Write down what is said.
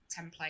template